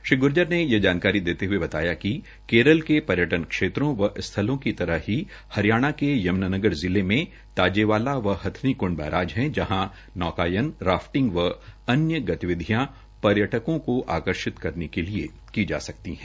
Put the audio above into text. श्री ग्र्जर ने ये जानकारी देते हये बताया कि केरल के पर्यटन क्षेत्रों व स्थलो की तरह ही हरियाणा के यम्नानगर जिले में ताजेवाला व हथिनीकंड बैराज है जहां नौकायन राफ्टिंग व अन्य गतिविधियों पर्यटको को आकर्षित करने के लिए की जा सकती है